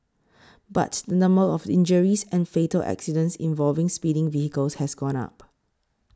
but the number of injuries and fatal accidents involving speeding vehicles has gone up